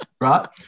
Right